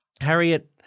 Harriet –